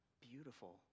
beautiful